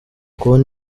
kubona